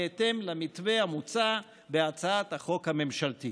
בהתאם למתווה המוצע בהצעת החוק הממשלתית.